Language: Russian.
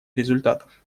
результатов